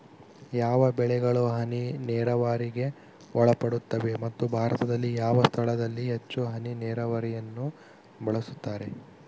ಯಾವ ಬೆಳೆಗಳು ಹನಿ ನೇರಾವರಿಗೆ ಒಳಪಡುತ್ತವೆ ಮತ್ತು ಭಾರತದಲ್ಲಿ ಯಾವ ಸ್ಥಳದಲ್ಲಿ ಹೆಚ್ಚು ಹನಿ ನೇರಾವರಿಯನ್ನು ಬಳಸುತ್ತಾರೆ?